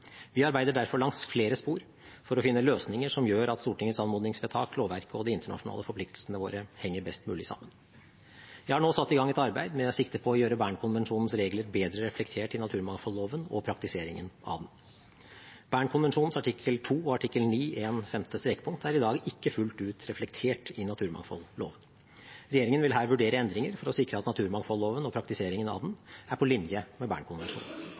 Vi arbeider derfor langs flere spor for å finne løsninger som gjør at Stortingets anmodningsvedtak, lovverket og de internasjonale forpliktelsene våre henger best mulig sammen. Jeg har nå satt i gang et arbeid med sikte på å gjøre Bern-konvensjonens regler bedre reflektert i naturmangfoldloven og praktiseringen av den. Bern-konvensjonen artikkel 2 og artikkel 9 1. femte strekpunkt er i dag ikke fullt ut reflektert i naturmangfoldloven. Regjeringen vil her vurdere endringer for å sikre at naturmangfoldloven og praktiseringen av den er på linje med